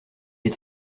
est